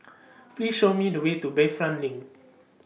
Please Show Me The Way to Bayfront LINK